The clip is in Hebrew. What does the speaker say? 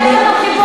יש לנו חיבור.